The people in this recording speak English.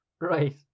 Right